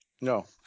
no